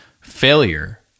failure